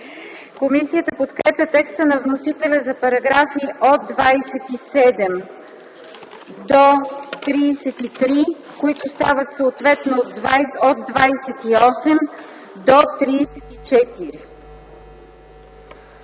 Комисията подкрепя текста на вносителя за параграфи от 27 до 33, които стават съответно параграфи от 28 до 34.